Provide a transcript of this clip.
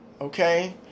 Okay